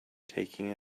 taking